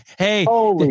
Hey